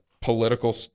political